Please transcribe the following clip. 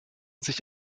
sich